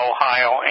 Ohio